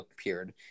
appeared